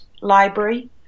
library